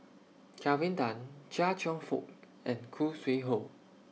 Kelvin Tan Chia Cheong Fook and Khoo Sui Hoe